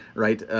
right,